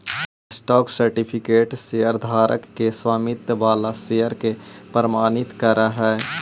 stock certificate शेयरधारक के स्वामित्व वाला शेयर के प्रमाणित करऽ हइ